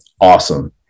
awesome